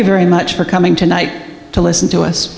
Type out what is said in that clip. you very much for coming tonight to listen to us